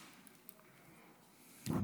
תפדל.